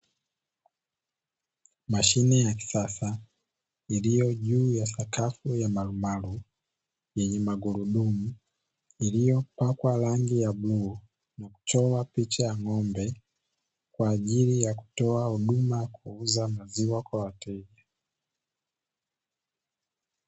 Mashine ya kisasa, iliyo juu ya sakafu ya marumaru yenye magurudumu, iliyopakwa rangi ya bluu na kuchorwa picha ya ng’ombe kwa ajili ya kutoa huduma ya kuuza maziwa kwa wateja.